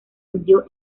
hundió